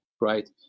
right